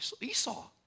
Esau